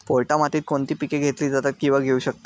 पोयटा मातीत कोणती पिके घेतली जातात, किंवा घेऊ शकतो?